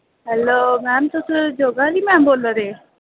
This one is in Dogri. हैल्लो मैम तुस योगा दे मैम बोला दे